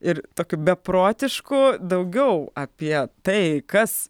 ir tokiu beprotišku daugiau apie tai kas